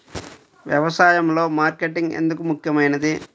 వ్యసాయంలో మార్కెటింగ్ ఎందుకు ముఖ్యమైనది?